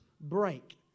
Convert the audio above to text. break